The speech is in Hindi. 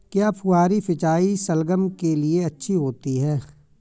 क्या फुहारी सिंचाई शलगम के लिए अच्छी होती है?